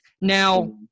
Now-